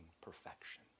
perfection